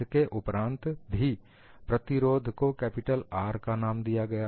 इसके उपरांत भी प्रतिरोध को कैपिटल R का नाम दिया गया